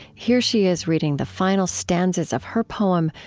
here she is reading the final stanzas of her poem,